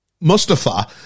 Mustafa